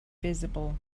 visible